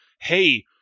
hey